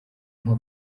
nko